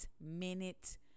minute